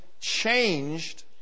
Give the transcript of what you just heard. changed